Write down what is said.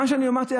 מה שאני אמרתי,